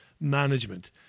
management